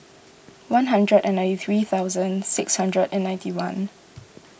one hundred and ninety three thousand six hundred and ninety one